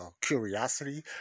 curiosity